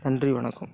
நன்றி வணக்கம்